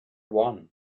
one